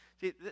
See